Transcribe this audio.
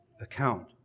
account